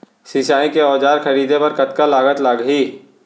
सिंचाई के औजार खरीदे बर कतका लागत लागही?